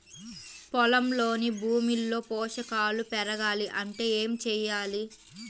పొలంలోని భూమిలో పోషకాలు పెరగాలి అంటే ఏం చేయాలి?